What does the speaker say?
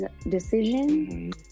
decision